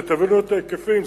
שתבינו את ההיקפים,